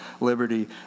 liberty